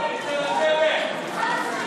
תוצאות ההצבעה: בעד,